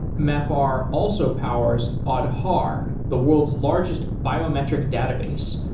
mapr also powers aadhaar, the world's largest biometric database,